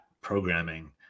programming